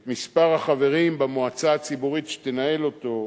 את מספר החברים במועצה הציבורית שתנהל אותו,